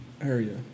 area